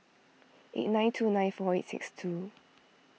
eight nine two nine four eight six two